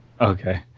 Okay